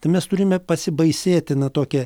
tai mes turime pasibaisėtiną tokią